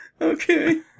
Okay